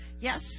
Yes